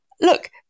look